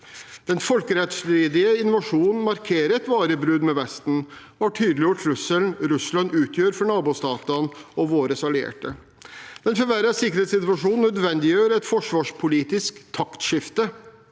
Den folkerettsstridige invasjonen markerer et varig brudd med Vesten og har tydeliggjort trusselen Russland utgjør for nabostatene og våre allierte. Den forverrede sikkerhetssituasjonen nødvendiggjør et forsvarspolitisk taktskifte.